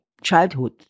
childhood